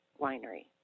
Winery